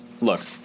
Look